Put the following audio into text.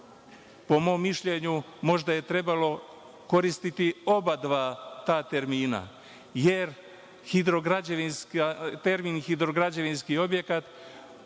to. Po mom mišljenju možda je trebalo koristiti oba termina, jer termin „hidrograđevinski objekat“